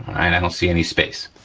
i don't see any space.